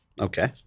Okay